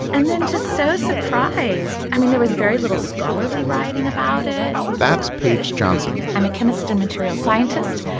and then just so surprised. i mean, there was very little scholarly writing about it that's paige johnson i'm a chemist and material scientist.